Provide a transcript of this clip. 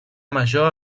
major